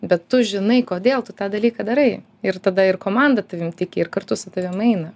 bet tu žinai kodėl tu tą dalyką darai ir tada ir komanda tavim tiki ir kartu su tavim eina